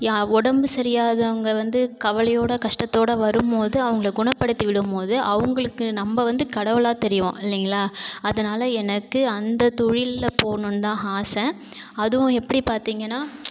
உடம்பு சரியாகாதவங்க வந்து கவலையோடு கஷ்டத்தோடு வரும் போது அவங்கள குணப்படுத்தி விடும் போது அவங்களுக்கு நம்ம வந்து கடவுளாக தெரிவோம் இல்லைங்களா அதனால் எனக்கு அந்த தொழிலில் போகணுன்தா ஆசை அதுவும் எப்படி பார்த்திங்கன்னா